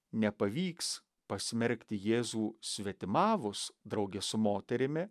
nepavyks pasmerkti jėzų svetimavus drauge su moterimi